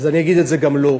אז אומר את זה גם לו: